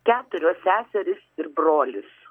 keturios seserys ir brolis